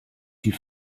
die